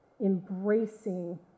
embracing